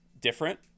different